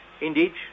Indeed